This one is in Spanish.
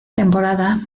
temporada